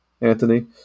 Anthony